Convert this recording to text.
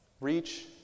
Reach